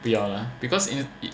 不要啦 because